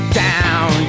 down